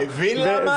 אני מבין למה?